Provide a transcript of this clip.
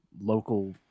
local